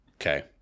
Okay